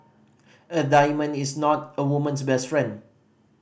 a diamond is not a woman's best friend